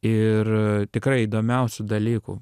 ir tikrai įdomiausių dalykų